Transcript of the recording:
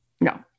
No